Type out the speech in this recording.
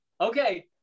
okay